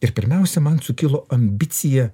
ir pirmiausia man sukilo ambicija